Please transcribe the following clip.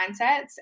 mindsets